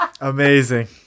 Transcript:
Amazing